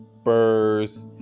Spurs